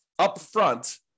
upfront